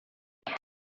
this